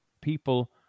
people